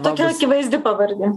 tokia akivaizdi pavardė